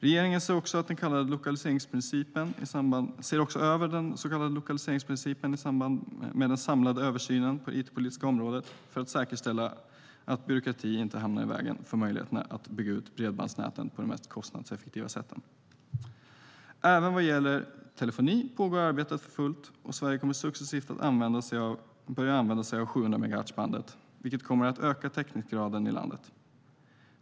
Regeringen ser också över den så kallade lokaliseringsprincipen i samband med den samlade översynen på det it-politiska området för att säkerställa att byråkrati inte hamnar i vägen för möjligheterna att bygga ut bredbandsnäten på de mest kostnadseffektiva sätten. Även vad gäller telefoni pågår arbetet för fullt, och Sverige kommer successivt att börja använda sig av 700-megahertzbandet, vilket kommer att öka täckningsgraden i landet.